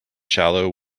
shallow